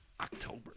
October